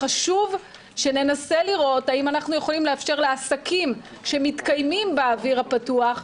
חשוב שננסה לראות אם אנחנו יכולים לאפשר לעסקים שמתקיימים באוויר הפתוח,